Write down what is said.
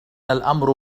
الأمر